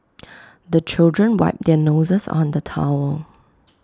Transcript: the children wipe their noses on the towel